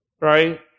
right